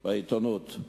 אותם בעיתונות.